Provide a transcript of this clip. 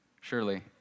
Surely